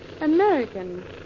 American